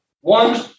one